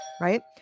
right